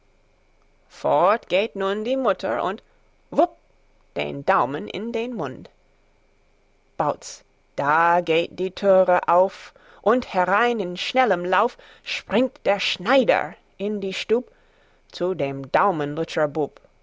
fort geht nun die mutter und wupp den daumen in den mund bauz da geht die türe auf und herein in schnellem lauf springt der schneider in die stub zu dem